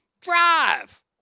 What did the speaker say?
Drive